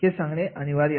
हे सांगणे अनिवार्य आहे